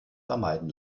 vermeiden